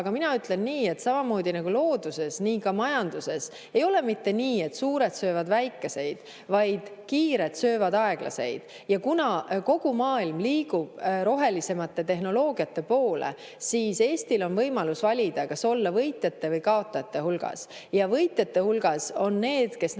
aga mina ütlen nii, et samamoodi nagu looduses nii ka majanduses ei ole mitte nii, et suured söövad väikeseid, vaid kiired söövad aeglaseid. Ja kuna kogu maailm liigub rohelisemate tehnoloogiate poole, siis Eestil on võimalus valida, kas olla võitjate või kaotajate hulgas. Võitjate hulgas on need, kes näevad